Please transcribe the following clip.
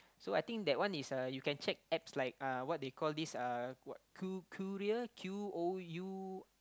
so I think that one is uh you can check apps like uh what they call this uh what cou~ courier Q O U